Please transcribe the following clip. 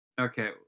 Okay